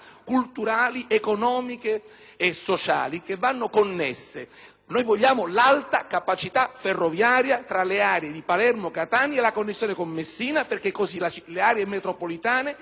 culturali, economiche e sociali, che vanno connesse. È per questo che vogliamo l'Alta capacità ferroviaria tra le aree di Palermo e Catania e una connessione con Messina, affinché le aree metropolitane